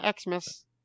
Xmas